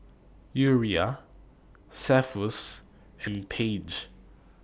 Uriah Cephus and Paige